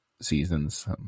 seasons